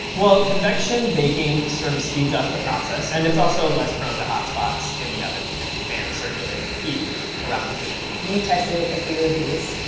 well, convection baking sort of speeds up the process and it's also less prone to hot spots in the and because the fan is circulating the heat around the food. you tested a few of these.